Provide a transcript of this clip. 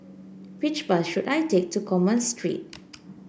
which bus should I take to Commerce Street